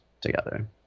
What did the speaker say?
together